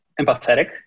Empathetic